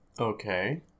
Okay